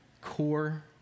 core